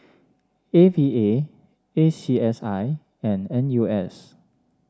A V A A C S I and N U S